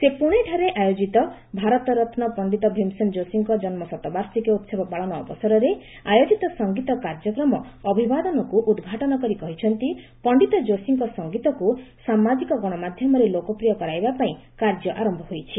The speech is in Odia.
ସେ ପୁଣେଠାରେ ଆୟୋଜିତ ଭାରତରତ୍ନ ପଣ୍ଡିତ ଭୀମସେନ ଯୋଶୀଙ୍କ ଜନ୍ଦୁଶତବାର୍ଷିକୀ ଉତ୍ସବ ପାଳନ ଅବସରରେ ଆୟୋଜିତ ସଙ୍ଗୀତ କାର୍ଯ୍ୟକ୍ରମ 'ଅଭିବାଦନ'କୁ ଉଦ୍ଘାଟନ କରି କହିଛନ୍ତି ପଣ୍ଡିତ ଯୋଶୀଙ୍କ ସଙ୍ଗୀତକୁ ସାମାଜିକ ଗଣମାଧ୍ୟମରେ ଲୋକପ୍ରିୟ କରାଇବା ପାଇଁ କାର୍ଯ୍ୟ ଆରୟ ହୋଇଛି